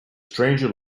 stranger